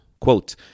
Quote